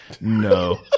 No